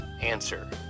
Answer